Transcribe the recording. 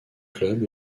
club